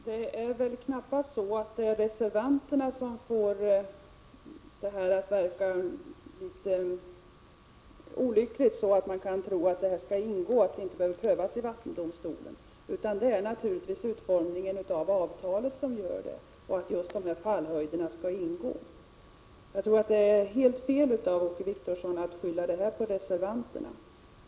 Herr talman! Det är knappast reservanterna som gör situationen litet 30 maj 1986 olycklig och gör att man kan tro att frågan inte behöver prövas i vattendomstolen. Det är naturligtvis utformningen av avtalet och det faktum att dessa fallhöjder skall ingå som ger det intrycket. Jag tycker det är helt fel av Åke Wictorsson att skylla detta på reservanterna.